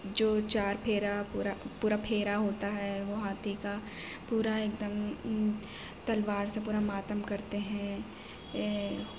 جو چار پھیرا پورا پورا پھیرا ہوتا ہے وہ ہاتھی کا پورا ایک دم تلوار سے پورا ماتم کرتے ہیں